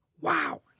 Wow